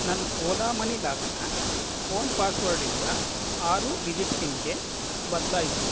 ನನ್ನ ಓಲಾ ಮನಿ ಲಾಕ್ನ ಫೋನ್ ಪಾಸ್ವರ್ಡಿಂದ ಆರು ಡಿಜಿಟ್ ಪಿನ್ಗೆ ಬದ್ಲಾಯಿಸು